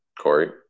Corey